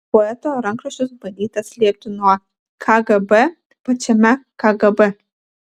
poeto rankraščius bandyta slėpti nuo kgb pačiame kgb